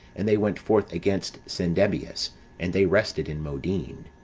and they went forth against cendebeus and they rested in modin.